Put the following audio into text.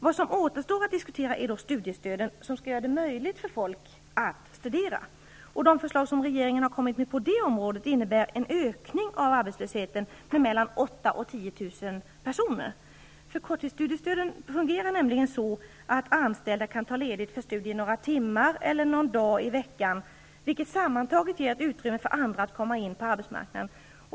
Det återstår att diskutera studiestöden, som skall göra det möjligt för folk att studera. De förslag som regeringen har lagt fram på det området innebär en ökning av arbetslösheten med 8 000--10 000 personer. Korttidsstudiestöden fungerar så att anställda kan ta ledigt för studier några timmar eller någon dag i veckan -- vilket sammantaget ger utrymme för andra att komma in på arbetsmarknaden.